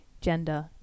gender